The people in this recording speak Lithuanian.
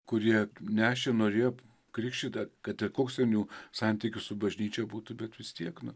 kurie nešė norėti krikštyta kad ir koks ten jų santykis su bažnyčia būtų bet vis tiek nu